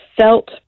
felt